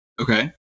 Okay